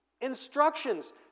instructions